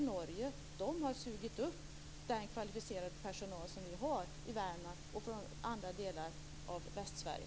Där har man sugit upp den kvalificerade personal som vi hade i Värmland och i andra delar av Västsverige.